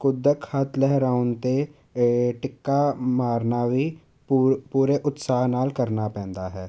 ਕੁੱਦਕ ਹੱਥ ਲਹਿਰਾਉਣ 'ਤੇ ਟਿੱਕਾ ਮਾਰਨਾ ਵੀ ਪੂ ਪੂਰੇ ਉਤਸ਼ਾਹ ਨਾਲ ਕਰਨਾ ਪੈਂਦਾ ਹੈ